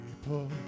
People